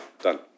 done